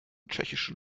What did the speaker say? tschechischen